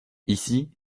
ici